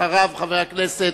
אחריו, חבר הכנסת